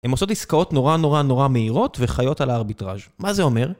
הן עושות עסקאות נורא נורא נורא מהירות וחיות על הארביטראז' מה זה אומר?